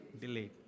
delayed